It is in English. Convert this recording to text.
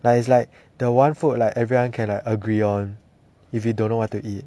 like it's like the one food like everyone can like agree on if you don't know what to eat